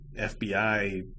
FBI